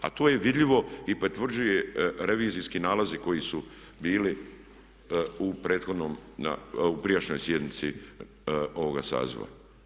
A tu je vidljivo i potvrđuju revizijski nalazi koji su bili u prethodnom, u prijašnjoj sjednici ovoga saziva.